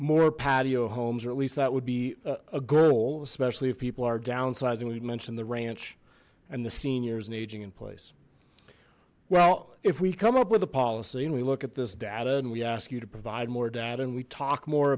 more patio homes or at least that would be a goal especially if people are downsizing we mentioned the ranch and the seniors and aging in place well if we come up with a policy and we look at this data and we ask you to provide more data and we talk more